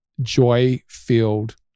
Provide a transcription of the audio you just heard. joy-filled